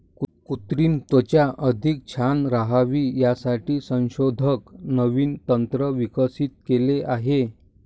कृत्रिम त्वचा अधिक छान राहावी यासाठी संशोधक नवीन तंत्र विकसित केले आहे